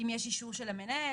אם יש אישור של המנהל,